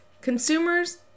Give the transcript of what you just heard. consumers